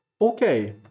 Okay